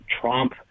Trump